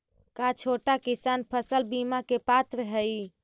का छोटा किसान फसल बीमा के पात्र हई?